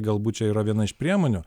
galbūt čia yra viena iš priemonių